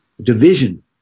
division